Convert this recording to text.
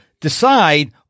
decide